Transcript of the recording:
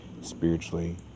spiritually